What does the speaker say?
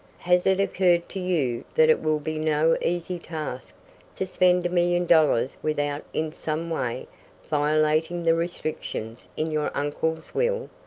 has it occurred to you that it will be no easy task to spend a million dollars without in some way violating the restrictions in your uncle's will,